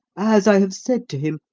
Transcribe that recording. as i have said to him,